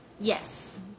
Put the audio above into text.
Yes